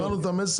הבנו את המסר.